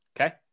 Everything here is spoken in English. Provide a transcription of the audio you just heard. Okay